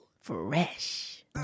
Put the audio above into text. Fresh